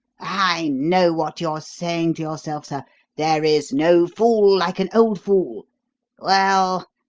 i know what you are saying to yourself, sir there is no fool like an old fool well,